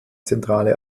zentrale